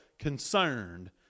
Concerned